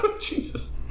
Jesus